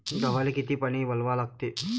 गव्हाले किती पानी वलवा लागते?